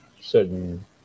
certain